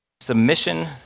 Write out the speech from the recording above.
submission